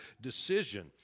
decision